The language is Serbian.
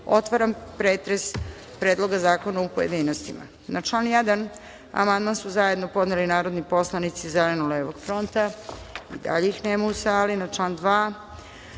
otvaram pretres Predloga zakona u pojedinostima. Na član 1. amandman su zajedno podneli narodni poslanici Zeleno-levog fronta i dalje ih nema u sali. Na član 2.